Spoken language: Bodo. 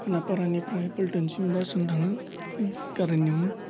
खानाफारानिफ्राय पलटनसिम बासजों थाङो बि खारेननियावनो